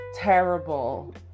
terrible